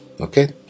okay